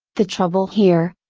the trouble here,